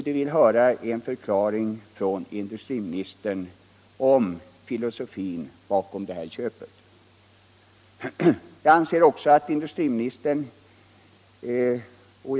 De vill nu höra industriministern förklara det här köpet och framlägga filosofin bakom det.